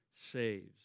saves